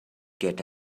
get